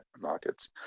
markets